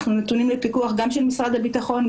אנחנו נתונים לפיקוח גם של משרד הביטחון,